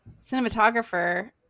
cinematographer